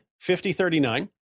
5039